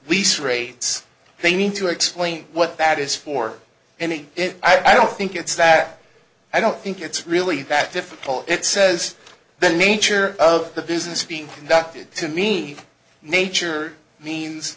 lease rates they need to explain what that is for any it i don't think it's that i don't think it's really that difficult it says the nature of the business being conducted to me nature means